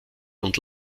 und